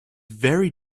very